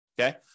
Okay